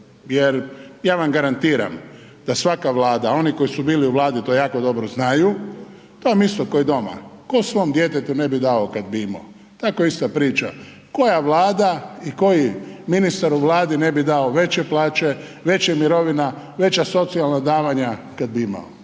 jer ja vam garantiram da svaka vlada, a oni koji su bili u vladi to jako dobro znaju, to vam je isto ko i doma ko svom djetetu ne bi dao kada bi imao. Tako ista priča, koja vlada i koji ministar u vladi ne bi dao veće plaće, veće mirovine, veća socijalna davanja kada bi imao,